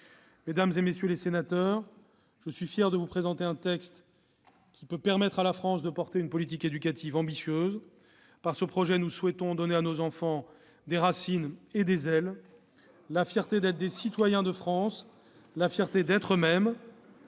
Mesdames, messieurs les sénateurs, je suis fier de vous présenter un texte de nature à permettre à la France de porter une politique éducative ambitieuse. Par ce projet, nous souhaitons donner à nos enfants des racines et des ailes Oh là là !... la fierté d'être des citoyens de France, la fierté d'être eux-mêmes.